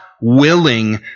willing